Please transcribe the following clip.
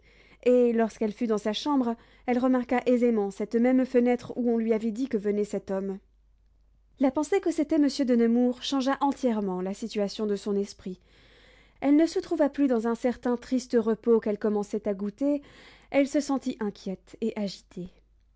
et lorsqu'elle fut dans sa chambre elle remarqua aisément cette même fenêtre où l'on lui avait dit que venait cet homme la pensée que c'était monsieur de nemours changea entièrement la situation de son esprit elle ne se trouva plus dans un certain triste repos qu'elle commençait à goûter elle se sentit inquiète et agitée